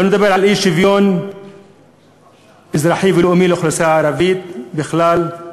לא נדבר על אי-שוויון אזרחי ולאומי לאוכלוסייה הערבית בכלל.